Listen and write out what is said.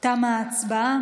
תמה ההצבעה.